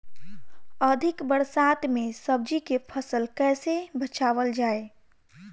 अधिक बरसात में सब्जी के फसल कैसे बचावल जाय?